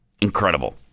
incredible